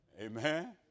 Amen